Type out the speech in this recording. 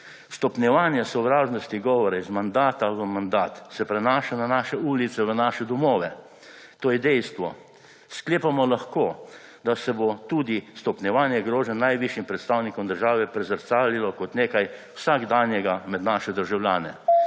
Stopnjevanje sovražnosti govora iz mandata v mandat se prenaša na naše ulice, v naše domove, to je dejstvo. Sklepamo lahko, da se bo tudi stopnjevanje groženj najvišjim predstavnikom države prezrcalilo kot nekaj vsakdanjega med naše državljane.